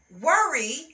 Worry